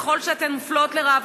ככל שאתן מופלות לרעה,